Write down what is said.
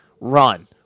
run